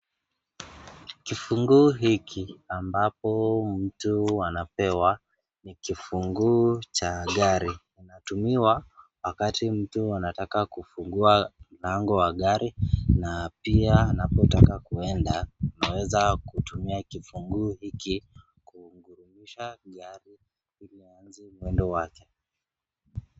Kifungu hiki ambapo mtu anapewa, ni kifunguu cha gari, anatumiwa wakati mtu anataka kufungua mlango wa gari, na pia anapotaka kuenda anaweza kutumia kifungu hiki ilik kungurumisha gari ili aanze mwendo wake.